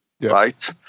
right